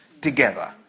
together